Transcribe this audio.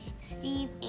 Steve